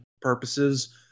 purposes